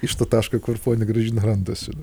iš to taško kur ponia gražina randasi